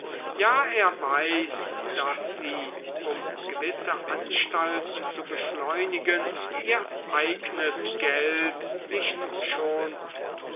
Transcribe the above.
ja er weiß daß sie um gewisse anstalten zu beschleunigen ihr eignes geld nicht schonten